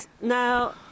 Now